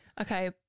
Okay